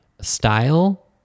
style